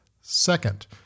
Second